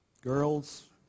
girls